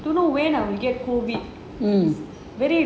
don't know when I will get COVID is very